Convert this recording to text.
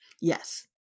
Yes